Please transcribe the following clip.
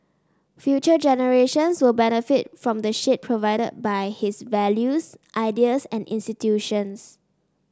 future generations will benefit from the shade provided by his values ideas and institutions